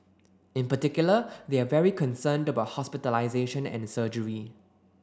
in particular they are very concerned about hospitalisation and surgery